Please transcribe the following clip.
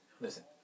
Listen